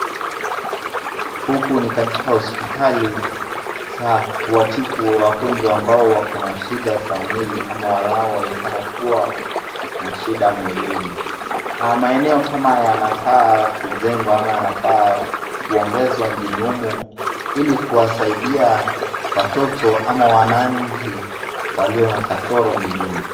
Huku ni katika hospitali za kuwatibu wagonjwa ambao wako na shida za mwili ama wanaonekana kuwa na shida mwilini. Maeneo kama haya yanafaa kujengwa ama yanafaa kuogezwa nchini humo ili kuwasaidia watoto au wananchi walio na kasoro mwilini.